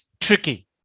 tricky